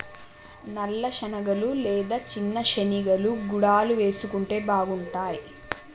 నల్ల శనగలు లేదా చిన్న శెనిగలు గుడాలు వేసుకుంటే బాగుంటాయ్